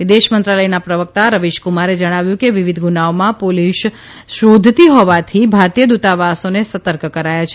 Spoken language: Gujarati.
વિદેશ મંત્રાલયના પ્રવક્તા રવીશ કુમારે જણાવ્યું કે વિવિધ ગુનાઓમાં પોલીસ શોધતી હોવાથી ભારતીય દ્રતાવાસોને સતર્ક કરાયા છે